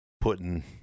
putting